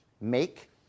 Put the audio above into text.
make